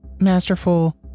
masterful